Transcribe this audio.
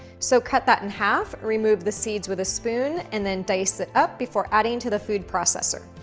so cut that in half, remove the seeds with a spoon and then dice it up before adding to the food processor.